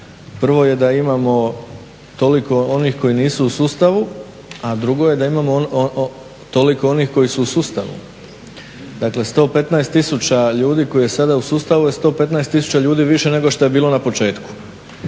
prvo da imamo toliko onih koji nisu u sustavu, a drugo je da imamo toliko onih koji su u sustavu, dakle 115 tisuća ljudi koji su sada u sustavu je 115 tisuća ljudi više nego što je bilo na početku.